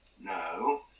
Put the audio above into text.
no